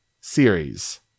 series